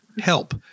help